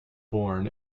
born